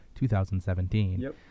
2017